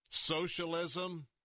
Socialism